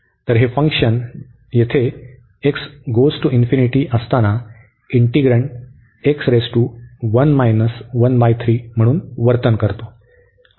तर हे फंक्शन येथे असताना इंटिग्रन्ड म्हणून वर्तन करतो